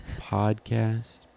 podcast